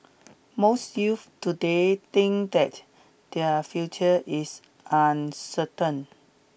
most youths today think that their future is uncertain